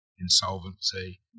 insolvency